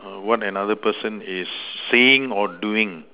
what another person is seeing or doing